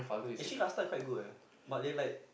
actually last time quite good eh but they like